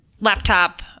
laptop